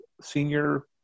senior